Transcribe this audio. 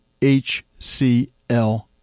HCL